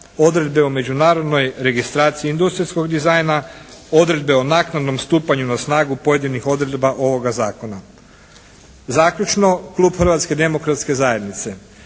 odredbe o međunarodnoj registraciji industrijskog dizajna, odredbe o naknadnom stupanju na snagu pojedinih odredba ovoga zakona. Zaključno. Klub Hrvatske demokratske zajednice